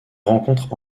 rencontrent